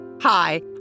Hi